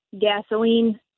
gasoline